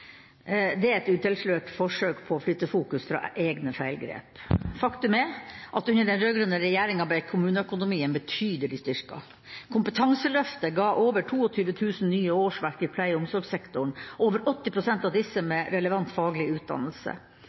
Det er et utilslørt forsøk på å flytte fokus fra egne feilgrep. Faktum er at under den rød-grønne regjeringa ble kommuneøkonomien betydelig styrket. Kompetanseløftet ga over 22 000 nye årsverk i pleie- og omsorgssektoren, over 80 pst. av disse med relevant faglig utdannelse.